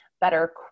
better